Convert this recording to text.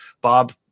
Bob